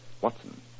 Watson